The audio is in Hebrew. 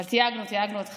אבל תייגנו, תייגנו אותך.